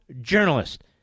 journalist